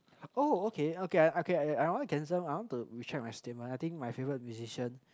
oh okay okay okay I I want to cancel I want to recheck my statement I think my favorite musician